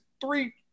three